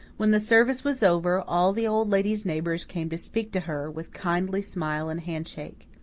when the service was over all the old lady's neighbours came to speak to her, with kindly smile and handshake.